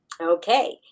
Okay